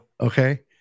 okay